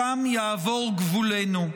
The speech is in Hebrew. שם יעבור גבולנו.